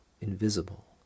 invisible